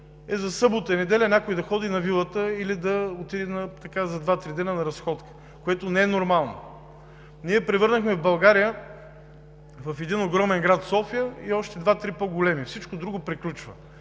е за събота и неделя някой да ходи на вилата или да отиде за два-три дни на разходка, което не е нормално. Ние превърнахме България в един огромен град София и още два-три по-големи. Всичко друго приключва.